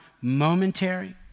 momentary